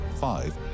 five